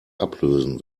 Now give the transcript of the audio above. ablösen